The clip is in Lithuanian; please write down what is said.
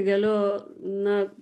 galiu na